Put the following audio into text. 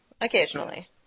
Occasionally